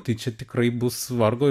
tai čia tikrai bus vargo